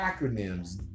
acronyms